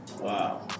Wow